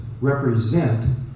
represent